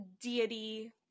deity